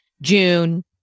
June